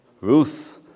Ruth